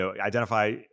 identify